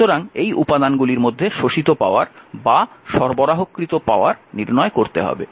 সুতরাং এই উপাদানগুলির মধ্যে শোষিত পাওয়ার বা সরবরাহকৃত পাওয়ার নির্ণয় করতে হবে